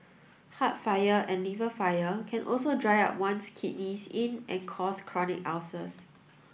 heart fire and liver fire can also dry up one's kidney yin and cause chronic ulcers